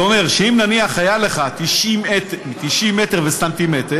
זה אומר שאם נניח היה לך 90 מטר וסנטימטר,